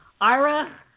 Ira